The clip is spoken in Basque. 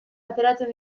ateratzen